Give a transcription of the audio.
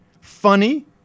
funny